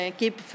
keep